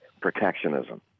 protectionism